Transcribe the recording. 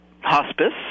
Hospice